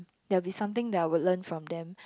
there will be something that I would learn from them